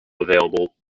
available